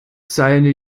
seine